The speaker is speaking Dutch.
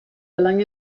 belang